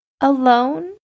alone